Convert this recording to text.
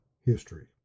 history